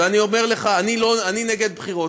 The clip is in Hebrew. ואני אומר לך, אני נגד בחירות.